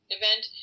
event